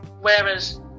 whereas